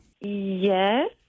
Yes